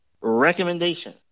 recommendation